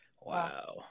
Wow